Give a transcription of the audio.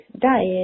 diet